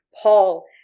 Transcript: Paul